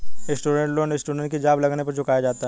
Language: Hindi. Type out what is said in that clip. स्टूडेंट लोन स्टूडेंट्स की जॉब लगने पर चुकाया जाता है